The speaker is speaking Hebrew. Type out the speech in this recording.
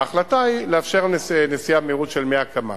ההחלטה היא לאפשר נסיעה במהירות של 100 קמ"ש.